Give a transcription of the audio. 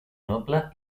noble